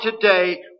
today